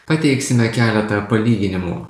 pateiksime keletą palyginimų